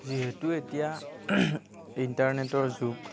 যিহেতু এতিয়া ইণ্টাৰনেটৰ যুগ